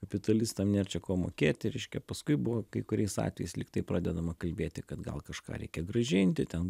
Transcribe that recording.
kapitalistam nėr čia ko mokėti reiškia paskui buvo kai kuriais atvejais lyg tai pradedama kalbėti kad gal kažką reikia grąžinti ten